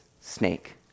snake